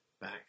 back